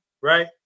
right